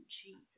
Jesus